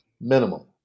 Minimum